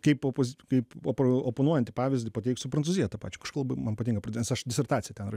kaip opoz kaip po oponuojantį pavyzdį pateiksiu prancūziją tą pačią labai man patinka nes aš disertaciją ten